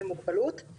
אני